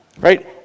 right